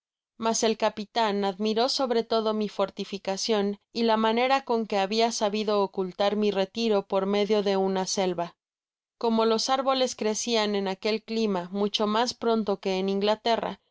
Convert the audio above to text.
mas el capitan admiró sobre todo mi fortificacion f la manera con que habia sabido ocultar mi retiro por medio de una selva como los árboles crecian en aquel clima mucho mas pronto que en inglaterra